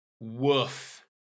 Woof